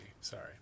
Sorry